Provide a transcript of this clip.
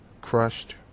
crushed